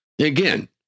again